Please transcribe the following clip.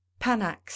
Panax